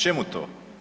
Čemu to?